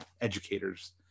educators